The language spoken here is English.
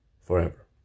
forever